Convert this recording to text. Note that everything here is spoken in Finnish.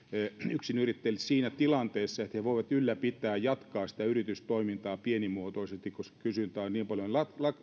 yksinyrittäjille tilanteessa jossa he voivat ylläpitää jatkaa sitä yritystoimintaa pienimuotoisesti koska kysyntä on niin paljon